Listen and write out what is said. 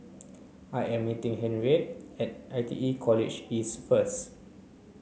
I am meeting Henriette at I T E College East first